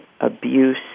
abuse